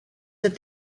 that